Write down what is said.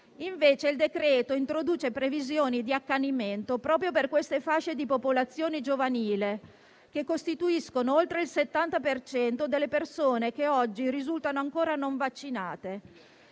Invece, il decreto-legge introduce previsioni di accanimento proprio per queste fasce di popolazione giovanile che costituiscono oltre il 70 per cento delle persone che oggi risultano ancora non vaccinate.